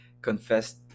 confessed